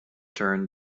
turned